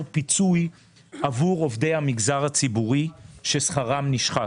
פיצוי עבור עובדי המגזר הציבורי ששכרם נשחק,